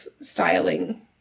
styling